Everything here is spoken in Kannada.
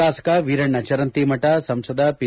ಶಾಸಕ ವೀರಣ್ಣ ಚರಂತಿಮಠ ಸಂಸದ ಪಿ